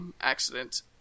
accident